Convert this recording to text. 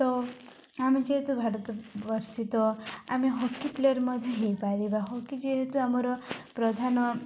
ତ ଆମେ ଯେହେତୁ ଭାରତ ବର୍ଷିତ ଆମେ ହକି ପ୍ଲେୟର୍ ମଧ୍ୟ ହେଇପାରିବା ହକି ଯେହେତୁ ଆମର ପ୍ରଧାନ